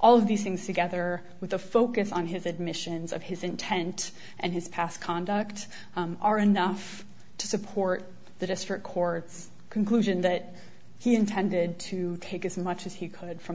all of these things together with the focus on his admissions of his intent and his past conduct are enough to support the district court's conclusion that he intended to take as much as he could from the